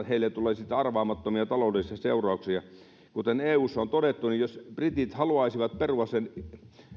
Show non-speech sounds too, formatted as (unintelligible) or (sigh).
(unintelligible) heille tulee siitä arvaamattomia taloudellisia seurauksia kuten eussa on todettu niin jos britit haluaisivat perua sen